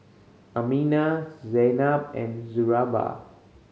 Aminah Zaynab and Suraya